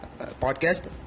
podcast